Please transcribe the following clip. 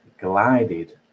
glided